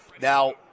Now